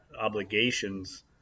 obligations